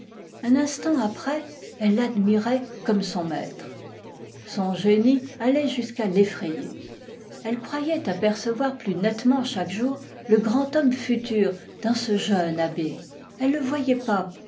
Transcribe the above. un instant après elle l'admirait comme son maître son génie allait jusqu'à l'effrayer elle croyait apercevoir plus nettement chaque jour le grand homme futur dans ce jeune abbé elle le voyait pape